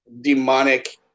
demonic